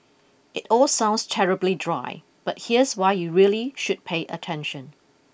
it all sounds terribly dry but here's why you really should pay attention